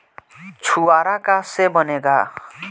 छुआरा का से बनेगा?